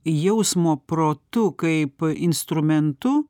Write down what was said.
jausmo protu kaip instrumentu